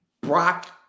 Brock